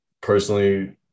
personally